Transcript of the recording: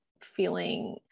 feeling